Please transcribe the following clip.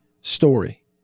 story